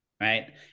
right